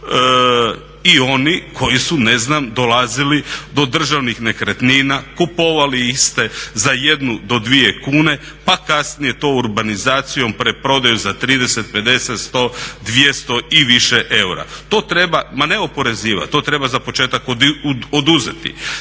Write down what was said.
i oni koji su ne znam dolazili do državnih nekretnina, kupovali iste za 1 do 2 kuna, pa kasnije to urbanizacijom preprodaju za 30, 50, 100, 200 i više eura. To treba ma ne oporezivati, to treba za početak oduzeti.